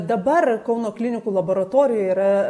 dabar kauno klinikų laboratorijoj yra